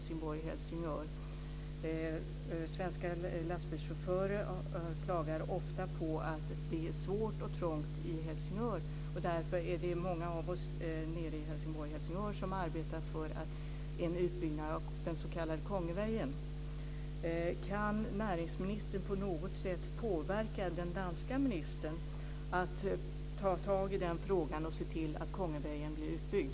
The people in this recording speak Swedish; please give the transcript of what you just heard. Svenska lastbilschaufförer klagar ofta på att det är svårt och trångt i Helsingør. Därför är det många av oss i Helsingborg och Helsingør som arbetar för en utbyggnad av den s.k.